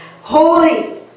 holy